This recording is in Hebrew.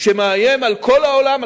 שמאיים על כל העולם,